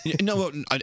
No